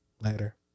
Later